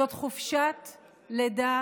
זאת חופשת לידה